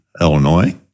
Illinois